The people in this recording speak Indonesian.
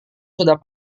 sudah